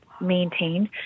maintained